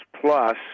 plus